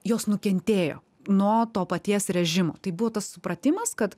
jos nukentėjo nuo to paties režimo tai buvo tas supratimas kad